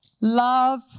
love